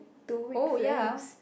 two wavelength